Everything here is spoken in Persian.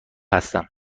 هستم